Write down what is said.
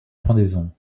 pendaison